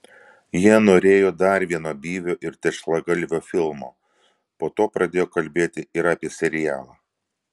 jie norėjo dar vieno byvio ir tešlagalvio filmo po to pradėjo kalbėti ir apie serialą